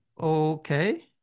Okay